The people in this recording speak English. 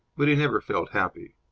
but he never felt happy.